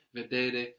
vedere